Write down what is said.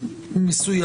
בשני